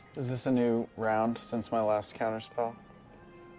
is this a new round since my last counterspell